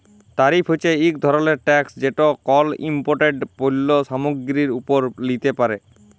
তারিফ হছে ইক ধরলের ট্যাকস যেট কল ইমপোর্টেড পল্য সামগ্গিরির উপর লিতে পারে